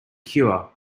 cure